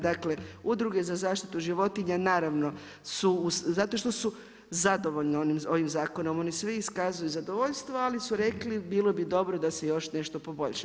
Dakle, udruge za zaštitu životinja, naravno su, zato što su zadovoljni ovim zakonom, oni svi iskazuju zadovoljstvo, ali su rekli, bilo bi dobro da se još nešto poboljša.